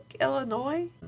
Illinois